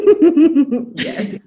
Yes